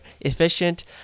efficient